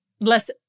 less